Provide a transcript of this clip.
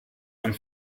und